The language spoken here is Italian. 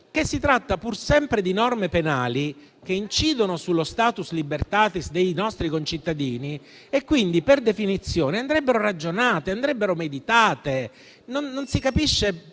che si tratta pur sempre di norme penali che incidono sullo *status libertatis* dei nostri concittadini, e quindi, per definizione, andrebbero ragionate e meditate. Non si capisce